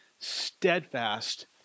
steadfast